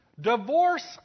Divorce